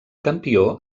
campió